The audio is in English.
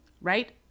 right